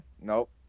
Nope